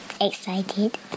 Excited